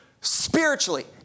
spiritually